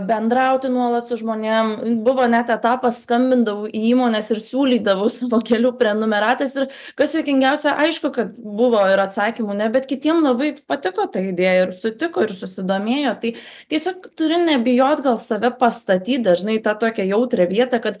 bendrauti nuolat su žmonėm buvo net etapas skambindavau į mones ir siūlydavausi vokeliu prenumeratas ir kas juokingiausia aišku kad buvo ir atsakymų ne bet kitiem labai patiko ta idėja ir sutiko ir susidomėjo tai tiesiog turi nebijot gal save pastatyt dažnai į tą tokią jautrią vietą kad